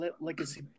legacy